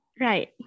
Right